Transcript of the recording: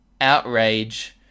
outrage